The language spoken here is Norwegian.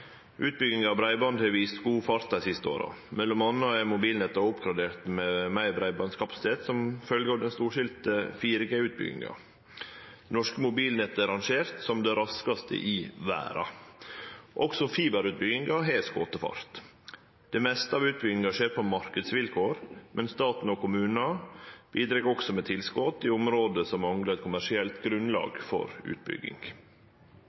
Utbygginga av breiband har vist god fart dei siste åra, m.a. er mobilnettet oppgradert med større breibandkapasitet som følgje av den storstilte 4G-uttbygginga. Norsk mobilnett er rangert som det raskaste i verda. Også fiberutbygginga har skote fart. Det meste av utbygginga skjer på marknadsvilkår, men stat og kommunar bidreg med tilskot i område som manglar kommersielt grunnlag for utbygging.